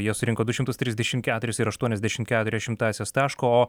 jie surinko du šitmus trisdešim keturis ir aštuoniasdešim keturias šimtasias taško o